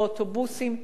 באוטובוסים,